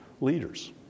leaders